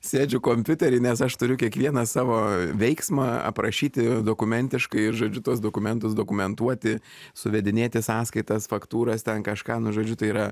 sėdžiu kompiutery nes aš turiu kiekvieną savo veiksmą aprašyti dokumentiškai žodžiu tuos dokumentus dokumentuoti suvedinėti sąskaitas faktūras ten kažką nu žodžiu tai yra